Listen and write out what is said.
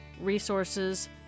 resources